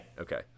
Okay